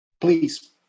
Please